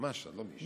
מַשהד, לא מִשהד.